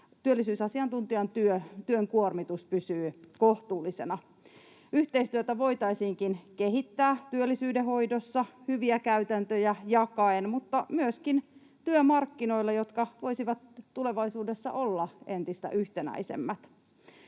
työllisyysasiantuntijan työn kuormitus pysyy kohtuullisena. Yhteistyötä voitaisiinkin kehittää työllisyydenhoidossa hyviä käytäntöjä jakaen mutta myöskin työmarkkinoilla, jotka voisivat tulevaisuudessa olla entistä yhtenäisemmät.